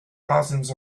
thousands